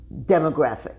demographic